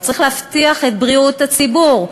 וצריך להבטיח את בריאות הציבור.